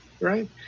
right